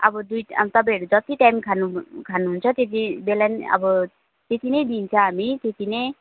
अब दुई तपाईँहरू जति टाइम खानु खानुहुन्छ त्यति बेला नै अबो त्यति नै दिन्छ हामी त्यति नै